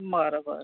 बरं बरं